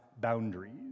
boundaries